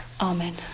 Amen